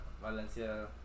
Valencia